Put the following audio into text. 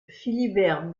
philibert